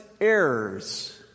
errors